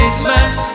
Christmas